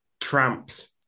Tramps